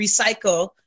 recycle